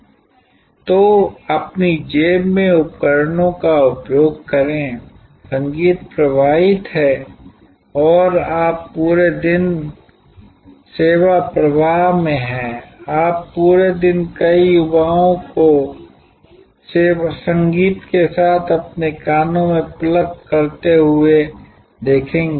तो अपनी जेब में उपकरणों का उपयोग करें संगीत प्रवाहित है और आप पूरे दिन सेवा प्रवाह में हैं आप पूरे दिन कई युवाओं को संगीत के साथ अपने कानों में प्लग करते हुए देखेंगे